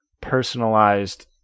personalized